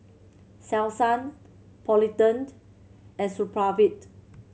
Selsun Polident and Supravit